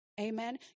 Amen